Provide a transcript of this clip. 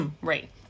right